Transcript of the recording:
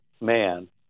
man